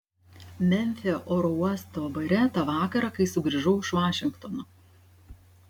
memfio oro uosto bare tą vakarą kai sugrįžau iš vašingtono